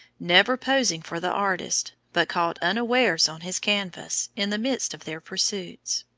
never posing for the artist, but caught unawares on his canvas, in the midst of their pursuits.